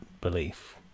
belief